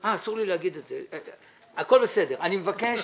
אני מבקש